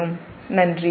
நன்றி